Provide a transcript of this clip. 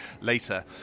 later